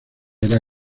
era